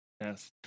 Yes